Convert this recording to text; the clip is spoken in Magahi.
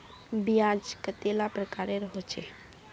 ब्याज कतेला प्रकारेर होचे?